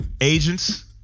agents